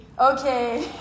Okay